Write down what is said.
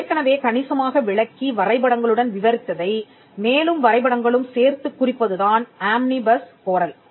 ஏற்கனவே கணிசமாக விளக்கி வரைபடங்களுடன் விவரித்ததை மேலும் வரைபடங்களும் சேர்த்துக் குறிப்பதுதான் ஆம்னி பஸ் கோரல்